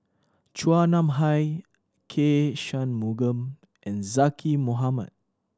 Chua Nam Hai K Shanmugam and Zaqy Mohamad